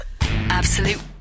Absolute